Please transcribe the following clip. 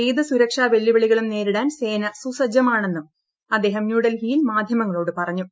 ഏത് സുരക്ഷാവെല്ലുവിളികളും നേരിടാൻ സേന സുജ്ജ്മാണെന്നും അദ്ദേഹം ന്യൂഡൽഹിയിൽ മാധ്യമങ്ങളോട് പറഞ്ഞു